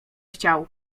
chciał